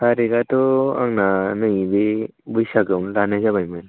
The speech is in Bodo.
थारिकआथ' आंना नैबे बैसागोआवनो लानाय जाबायमोन